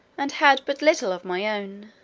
and had but little of my own.